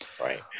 Right